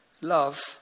Love